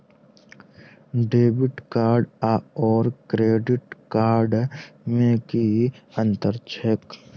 Debit card आओर credit card मे की अन्तर छैक?